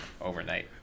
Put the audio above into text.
overnight